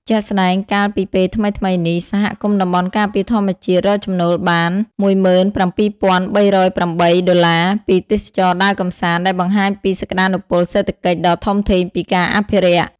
ជាក់ស្តែង កាលពីពេលថ្មីៗនេះ សហគមន៍តំបន់ការពារធម្មជាតិរកចំណូលបាន ១៧,៣០៨ ដុល្លារ ពីទេសចរដើរកម្សាន្ត ដែលបង្ហាញពីសក្តានុពលសេដ្ឋកិច្ចដ៏ធំធេងពីការអភិរក្ស។